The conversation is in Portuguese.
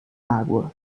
água